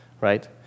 right